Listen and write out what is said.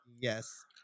Yes